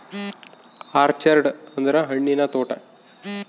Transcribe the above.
orchard ಅಂದ್ರ ಹಣ್ಣಿನ ತೋಟ